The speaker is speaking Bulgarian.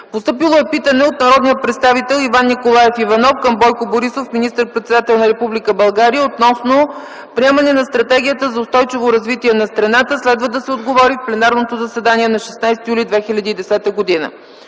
Постъпило е питане от народния представител Иван Николаев Иванов към Бойко Борисов - министър-председател на Република България, относно приемане на Стратегията за устойчиво развитие на страната. Следва да се отговори в пленарното заседание на 16 юли 2010 г.